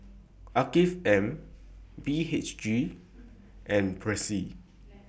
Afiq M B H G and Persil